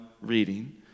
reading